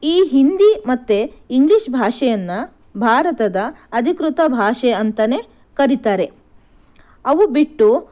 ಈ ಹಿಂದಿ ಮತ್ತು ಇಂಗ್ಲೀಷ್ ಭಾಷೆಯನ್ನು ಭಾರತದ ಅಧಿಕೃತ ಭಾಷೆ ಅಂತಲೇ ಕರೀತಾರೆ ಅವು ಬಿಟ್ಟು